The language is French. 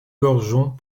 gorgeons